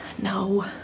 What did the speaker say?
No